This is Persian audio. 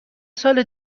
سال